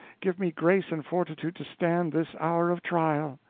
give me grace and fortitude to stand this hour of trial.